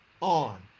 on